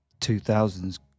2000s